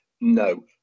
no